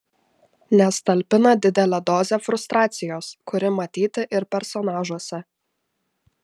nes talpina didelę dozę frustracijos kuri matyti ir personažuose